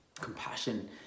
Compassion